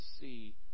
see